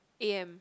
a_m